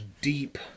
deep